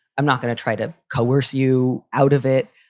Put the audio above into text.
i'm not going to try to coerce you out of it,